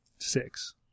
six